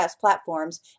platforms